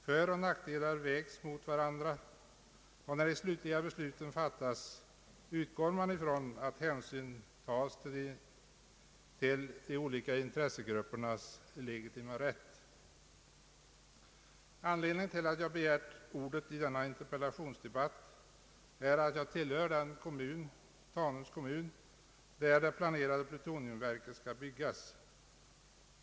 Föroch nackdelar vägs mot varandra, och när de slutliga besluten fattas utgår man från att hänsyn tages till de olika intressegruppernas legitima rätt. Anledningen till att jag begärt ordet i denna interpellationsdebatt är att jag tillhör Tanums kommun, där det planerade plutoniumverket skall byggas.